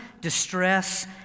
distress